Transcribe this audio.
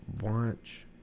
Watch